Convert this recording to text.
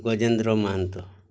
Gajendra Mahanta